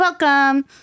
Welcome